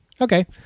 Okay